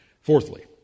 Fourthly